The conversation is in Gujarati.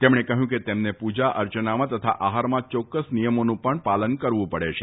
તેમણે કહ્યું કે તેમને પુજા અર્ચનામાં તથા આફારમાં ચોક્કસ નિયમોનું પણ પાલન કરવું પડે છે